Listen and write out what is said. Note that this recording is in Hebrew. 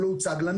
הוצג לנו